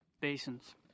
Basins